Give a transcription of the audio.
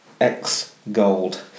X-Gold